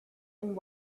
and